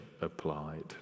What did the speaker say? applied